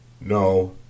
no